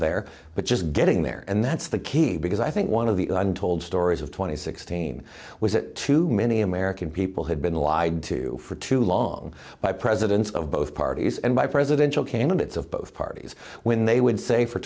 there but just getting there and that's the key because i think one of the untold stories of two thousand and sixteen was that too many american people had been lied to for too long by presidents of both parties and by presidential candidates of both parties when they would say for